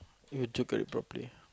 if you look at it properly